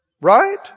right